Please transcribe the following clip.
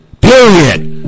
period